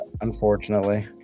unfortunately